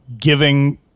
giving